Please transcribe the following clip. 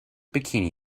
bikini